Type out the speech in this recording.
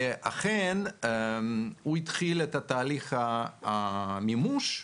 ואכן הוא התחיל את תהליך המימוש,